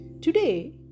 Today